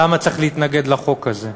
למה צריך להתנגד לחוק הזה.